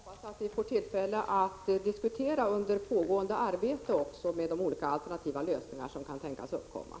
Herr talman! Jag tackar för det beskedet. Jag hoppas att vi också under pågående arbete får tillfälle att diskutera de alternativa lösningar som kan tänkas föreslås.